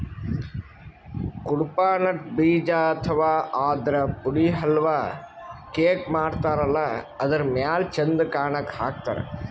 Cuddapah nut ಬೀಜ ಅಥವಾ ಆದ್ರ ಪುಡಿ ಹಲ್ವಾ, ಕೇಕ್ ಮಾಡತಾರಲ್ಲ ಅದರ್ ಮ್ಯಾಲ್ ಚಂದ್ ಕಾಣಕ್ಕ್ ಹಾಕ್ತಾರ್